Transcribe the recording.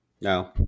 No